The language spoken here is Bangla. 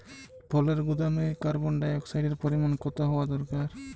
ফলের গুদামে কার্বন ডাই অক্সাইডের পরিমাণ কত হওয়া দরকার?